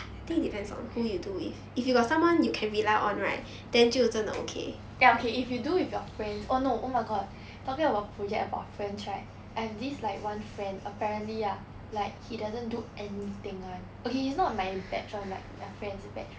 ya okay if you do with your friends oh no oh my god talking about project about friends right I have this like one friend apparently ah like he doesn't do anything [one] okay it's not my batch one like my friend's batch